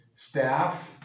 Staff